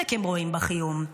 בצדק הם רואים בך איום.